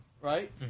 right